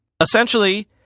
Essentially